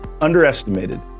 Underestimated